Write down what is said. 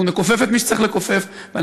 אנחנו נכופף את מי שצריך לכופף ואנחנו